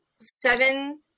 seven